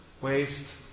waste